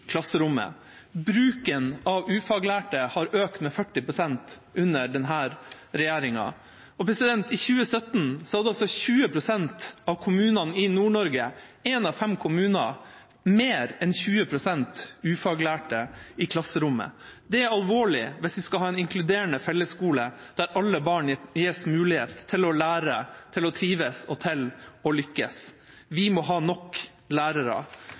Bruken av ufaglærte har økt med 40 pst. under denne regjeringa. I 2017 hadde 20 pst. av kommunene i Nord-Norge, – én av fem kommuner – mer enn 20 pst. ufaglærte lærere i klasserommet. Det er alvorlig hvis vi skal ha en inkluderende fellesskole der alle barn gis mulighet til å lære, til å trives og til å lykkes. Vi må ha nok lærere.